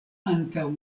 antaŭ